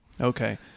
Okay